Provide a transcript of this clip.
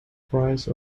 prize